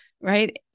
right